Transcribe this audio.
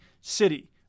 city